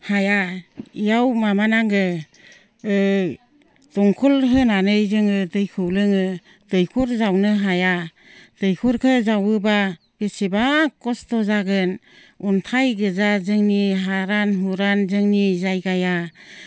हाया बेयाव माबानांगौ दंखल होनानै जोङो दैखौ लोङो दैखर जावनो हाया दैखरखौ जावोबा बेसेबा कस्त' जागोन अन्थाइ गोजा जोंनि हारान हुरान जोंनि जायगाया